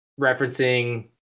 referencing